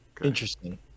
Interesting